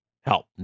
help